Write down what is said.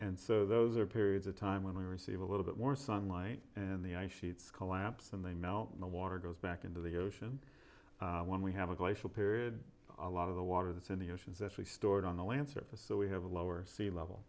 and so those are periods of time when we receive a little bit more sunlight and the ice sheets collapse and they melt the water goes back into the ocean when we have a glacial period a lot of the water that's in the oceans actually stored on the lancer for so we have a lower sea level